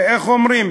איך אומרים,